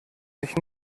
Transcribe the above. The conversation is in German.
sich